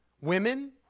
Women